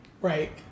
Right